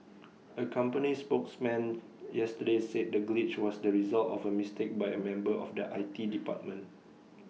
A company spokesman yesterday said the glitch was the result of A mistake by A member of the I T department